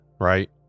right